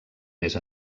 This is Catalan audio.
més